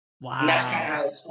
wow